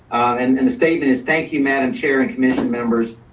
and and the statement is, thank you, madam chair and commission members.